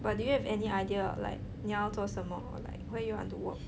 but do you have any idea like 你要做什么 or like where you want to work